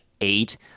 eight